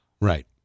Right